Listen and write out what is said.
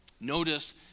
Notice